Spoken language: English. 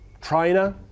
trainer